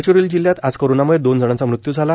गडचिरोली जिल्ह्यात आज कोरोनामुळं दोन जणांचा मृत्यू झाला